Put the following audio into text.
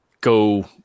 go